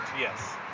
yes